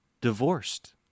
divorced